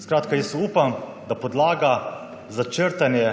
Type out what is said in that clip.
Skratka, jaz upam, da podlaga za črtanje